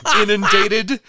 inundated